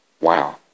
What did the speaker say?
wow